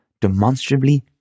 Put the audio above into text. demonstrably